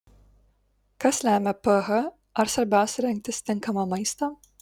kas lemia ph ar svarbiausia rinktis tinkamą maistą